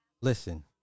Listen